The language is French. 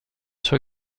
sur